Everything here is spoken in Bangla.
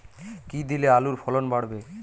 কী দিলে আলুর ফলন বাড়বে?